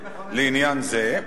לעניין זה,